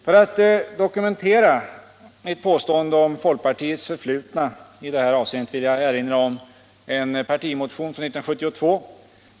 För att dokumentera mitt påstående om folkpartiets förflutna i det här avseendet vill jag erinra om 1972 års partimotion från folkpartiet.